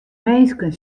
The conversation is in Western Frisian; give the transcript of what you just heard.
minsken